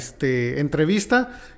entrevista